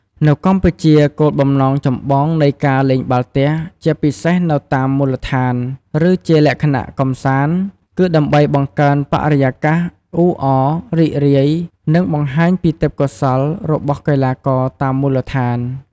នៅកម្ពុជា គោលបំណងចម្បងនៃការលេងបាល់ទះ ជាពិសេសនៅតាមមូលដ្ឋាន ឬជាលក្ខណៈកម្សាន្ត គឺដើម្បីបង្កើនបរិយាកាសអ៊ូអរ រីករាយ និងបង្ហាញពីទេពកោសល្យរបស់កីឡាករតាមមូលដ្ឋាន។